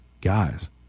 Guys